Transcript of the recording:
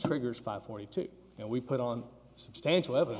triggers five forty two and we put on substantial ev